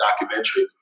documentary